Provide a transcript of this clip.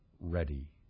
ready